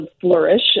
Flourish